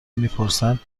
میپرسن